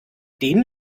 den